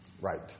Right